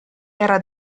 era